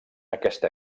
aquesta